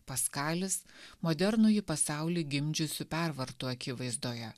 paskalis modernųjį pasaulį gimdžiusių pervartų akivaizdoje